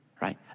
right